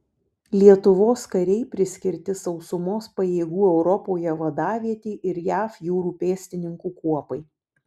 lietuvos kariai priskirti sausumos pajėgų europoje vadavietei ir jav jūrų pėstininkų kuopai